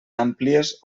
àmplies